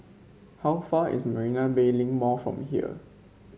how far is Marina Bay Link Mall from here